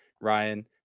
Ryan